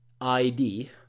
ID